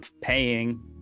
paying